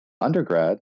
undergrad